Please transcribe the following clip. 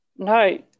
No